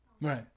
Right